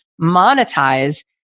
monetize